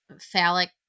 phallic